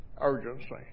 urgency